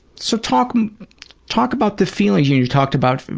so talk talk about the feelings you talked about,